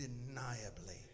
undeniably